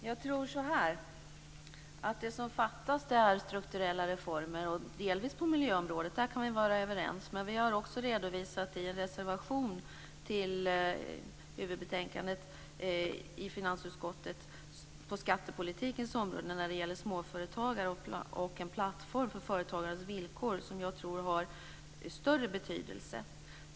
Fru talman! Jag tror så här: Det som fattas är strukturella reformer - delvis på miljöområdet, där kan vi vara överens. Men vi har också en reservation till huvudbetänkandet i finansutskottet på skattepolitikens område när det gäller småföretagare där vi redovisar en plattform för företagarnas villkor som jag tror har större betydelse.